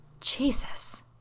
Jesus